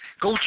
go